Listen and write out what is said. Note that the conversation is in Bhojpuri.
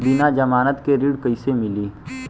बिना जमानत के ऋण कईसे मिली?